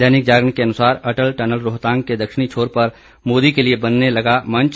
दैनिक जागरण के अनुसार अटल टनल रोहतांग के दक्षिणी छोर पर मोदी के लिए बनने लगा मंच